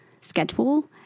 schedule